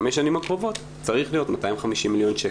בחמש שנים הקרובות צריך להיות 250 מיליון שקל.